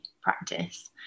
practice